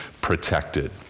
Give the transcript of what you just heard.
protected